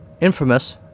infamous